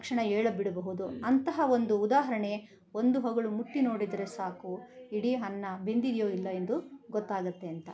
ತಕ್ಷಣ ಹೇಳಿಬಿಡಬಹುದು ಅಂತಹ ಒಂದು ಉದಾಹರಣೆ ಒಂದು ಅಗಳು ಮುಟ್ಟಿ ನೋಡಿದರೆ ಸಾಕು ಇಡೀ ಅನ್ನ ಬೆಂದಿದಿಯೋ ಇಲ್ಲ ಎಂದು ಗೊತ್ತಾಗುತ್ತೆ ಅಂತ